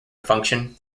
function